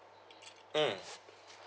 mm